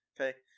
okay